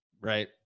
right